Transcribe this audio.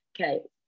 okay